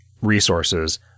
resources